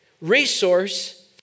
resource